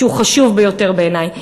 שהוא חשוב ביותר בעיני,